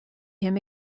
him